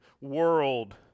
world